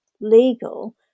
legal